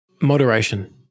Moderation